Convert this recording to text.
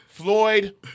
Floyd